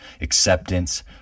acceptance